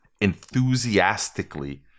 enthusiastically